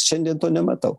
šiandien to nematau